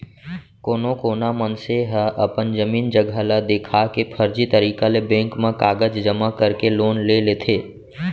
कोनो कोना मनसे ह अपन जमीन जघा ल देखा के फरजी तरीका ले बेंक म कागज जमा करके लोन ले लेथे